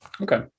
Okay